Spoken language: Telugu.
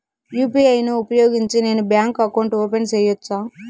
యు.పి.ఐ ను ఉపయోగించి నేను బ్యాంకు అకౌంట్ ఓపెన్ సేయొచ్చా?